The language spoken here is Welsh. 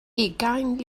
ugain